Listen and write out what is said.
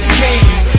kings